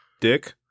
dick